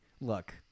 look